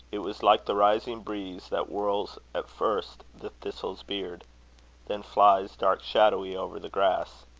it was like the rising breeze, that whirls, at first, the thistle's beard then flies, dark-shadowy, over the grass.